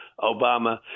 Obama